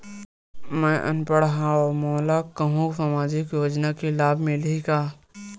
मैं अनपढ़ हाव मोला कुछ कहूं सामाजिक योजना के लाभ मिलही का?